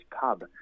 pub